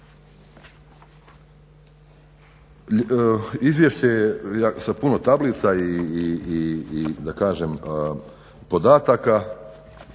Izvješće je sa puno tablica i da kažem podataka